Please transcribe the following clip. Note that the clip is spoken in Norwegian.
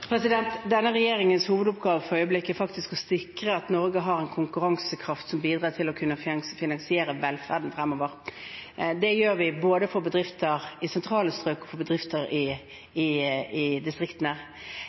Denne regjeringens hovedoppgave for øyeblikket er faktisk å sikre at Norge har en konkurransekraft som bidrar til å kunne finansiere velferden fremover. Det gjør vi både for bedrifter i sentrale strøk og for bedrifter